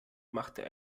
machte